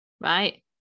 right